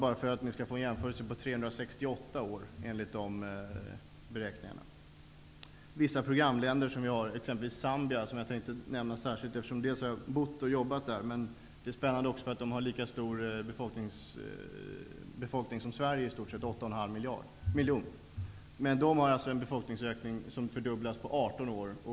Bara för att ni skall få en jämförelse kan jag nämna att Europas befolkning fördubblas på 368 år enligt dessa beräkningar. Jag tänkte nämna Zambia särskilt eftersom jag har bott och jobbat där. Det är också spännande eftersom de har lika stor befolkning som Sverige, dvs. 8,5 miljoner. De har en befolkningsökning som innebär en fördubbling på 18 år.